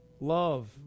love